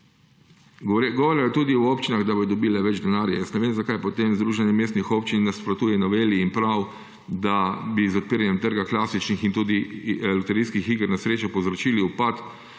Govora je tudi o občinah, da bodo dobile več denarja. Jaz ne vem, zakaj potem Združenje mestnih občin nasprotuje noveli in pravi, da bi z zapiranjem trga klasičnih in loterijskih iger na srečo povzročili upad